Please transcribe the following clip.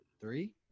Three